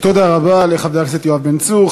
תודה רבה לחבר הכנסת יואב בן צור.